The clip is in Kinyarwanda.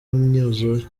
imyuzure